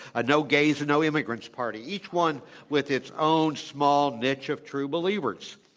a no gays and no immigrants party, each one with its own small niche of true believers,